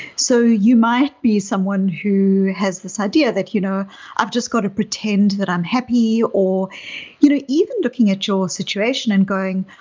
so you might be someone who has this idea that you know i've just got to pretend that i'm happy or you know even looking at your situation and going,